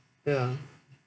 ya